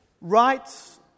Rights